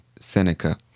seneca